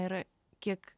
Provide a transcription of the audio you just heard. yra kiek